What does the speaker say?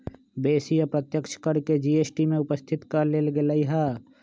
बेशी अप्रत्यक्ष कर के जी.एस.टी में उपस्थित क लेल गेलइ ह्